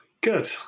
Good